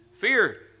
Fear